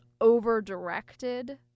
over-directed